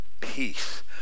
peace